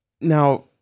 Now